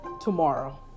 tomorrow